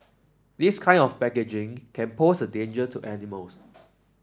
this kind of packaging can pose a danger to animals